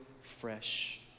fresh